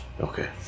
Okay